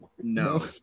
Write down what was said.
No